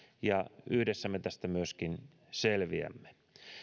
ja yhdessä me tästä myöskin selviämme